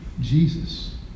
Jesus